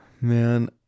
Man